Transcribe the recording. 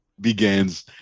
begins